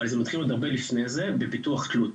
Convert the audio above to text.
אבל זה מתחיל עוד הרבה לפני זה בפיתוח תלות.